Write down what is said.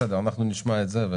בסדר, אנחנו נשמע את זה.